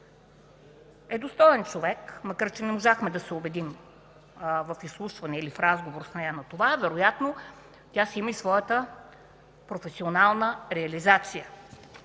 е достоен човек, макар че не можахме да се убедим в изслушване или в разговор с нея на това. Вероятно тя си има и своята професионална реализация.